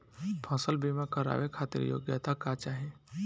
फसल बीमा करावे खातिर योग्यता का चाही?